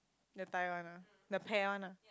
that time one ah the pear one ah